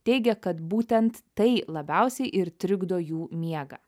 teigia kad būtent tai labiausiai ir trikdo jų miegą